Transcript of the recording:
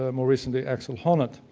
ah more recently, axel honneth.